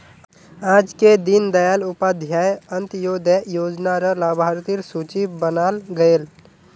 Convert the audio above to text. आजके दीन दयाल उपाध्याय अंत्योदय योजना र लाभार्थिर सूची बनाल गयेल